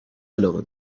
علاقه